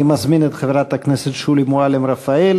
אני מזמין את חברת הכנסת שולי מועלם-רפאלי,